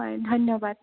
হয় ধন্যবাদ